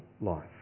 life